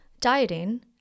Dieting